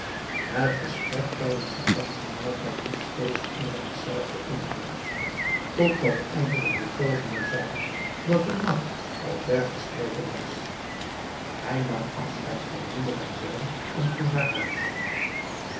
het gesprek tijdens den ganschen maaltijd liep steeds over hetzelfde onderwerp totdat eindelijk de toovenaar zei dat de nacht al ver verstreken was hij nam afscheid van moeder en zoon en ging naar huis